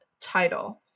title